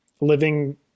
living